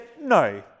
no